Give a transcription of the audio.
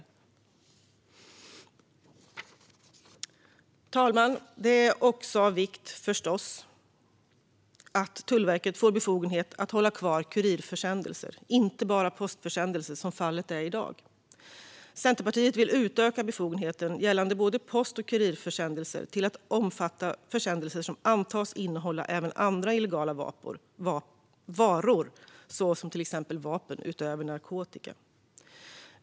Fru talman! Det är förstås också av vikt att Tullverket får befogenhet att hålla kvar kurirförsändelser och inte bara postförsändelser som fallet är i dag. Centerpartiet vill utöka befogenheten gällande både post och kurirförsändelser till att omfatta försändelser som antas innehålla även andra illegala varor, till exempel vapen, utöver narkotika.